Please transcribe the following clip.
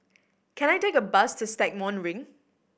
can I take a bus to Stagmont Ring